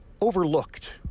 overlooked